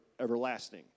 everlasting